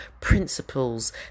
principles